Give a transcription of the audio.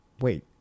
wait